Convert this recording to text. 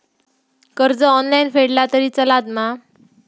कर्ज ऑनलाइन फेडला तरी चलता मा?